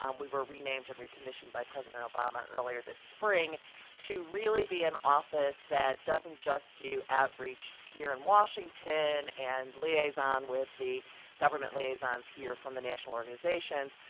um we were renamed and recommissioned by president obama earlier this spring to really be an office that doesn't just do outreach here in washington, and liaison with the government liaisons here from the national organizations,